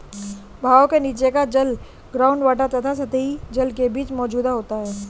बहाव के नीचे का जल ग्राउंड वॉटर तथा सतही जल के बीच मौजूद होता है